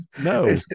No